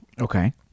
Okay